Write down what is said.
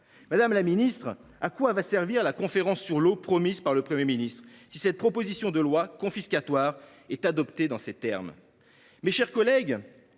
Madame la ministre, à quoi va donc servir la conférence sur l’eau promise par le Premier ministre si cette proposition de loi confiscatoire est adoptée dans cette rédaction ? Mes chers collègues,